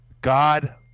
God